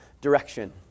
direction